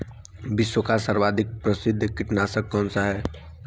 विश्व का सर्वाधिक प्रसिद्ध कीटनाशक कौन सा है?